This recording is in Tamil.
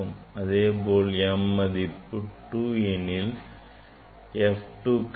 இதேபோல் m மதிப்பு to 2 ஆக இருக்கும் போது f 2 கிடைக்கும்